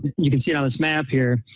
you can see on this map here,